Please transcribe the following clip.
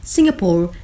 Singapore